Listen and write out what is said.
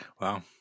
Wow